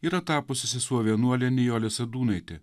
yra tapusi sesuo vienuolė nijolė sadūnaitė